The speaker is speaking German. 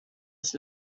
ist